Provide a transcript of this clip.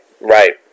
right